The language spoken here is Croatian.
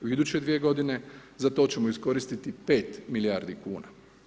U iduće dvije godine za to ćemo iskoristiti 5 milijardi kuna.